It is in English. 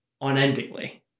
unendingly